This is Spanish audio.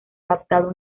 adaptado